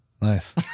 Nice